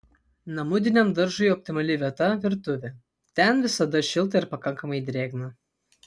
namudiniam daržui optimali vieta virtuvė ten visada šilta ir pakankamai drėgna